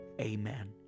Amen